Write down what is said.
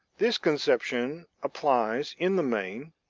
this conception applies in the main.